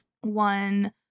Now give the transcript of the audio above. one